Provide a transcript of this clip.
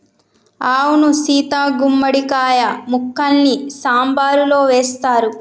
అవును సీత గుమ్మడి కాయ ముక్కల్ని సాంబారులో వేస్తారు